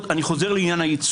הזה.